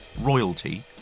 royalty